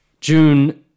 June